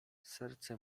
serce